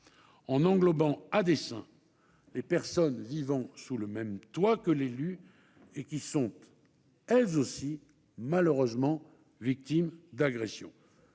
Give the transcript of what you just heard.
en englobant à dessein les personnes vivant sous le même toit que l'élu, qui sont elles aussi, malheureusement, victimes d'agressions.